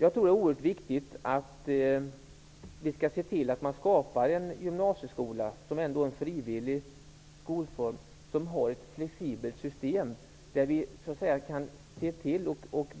Jag tror att det är viktigt att vi ser till att skapa en gymnasieskola -- som ju ändå är en frivillig skolform -- med ett flexibelt system där vi kan